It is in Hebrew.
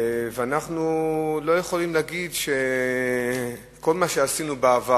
ואנחנו לא יכולים להגיד שכל מה שעשינו בעבר,